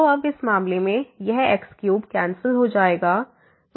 तो अब इस मामले में यह x3कैंसिल हो जाएगा